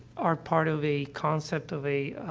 are part of a concept of a,